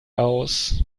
aus